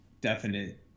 definite